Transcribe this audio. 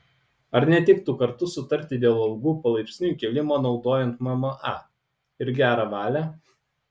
ar netiktų kartu sutarti dėl algų palaipsniui kėlimo naudojant mma ir gerą valią